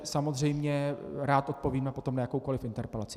Samozřejmě rád odpovím potom na jakoukoli interpelaci.